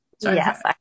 Yes